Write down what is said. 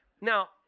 Now